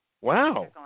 wow